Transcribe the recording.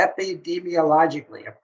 epidemiologically